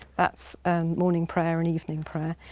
that's morning prayer and evening prayer,